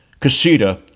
Casita